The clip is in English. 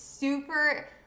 super